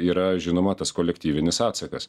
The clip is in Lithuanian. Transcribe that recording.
yra žinoma tas kolektyvinis atsakas